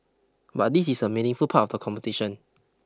but this is a meaningful part of the competition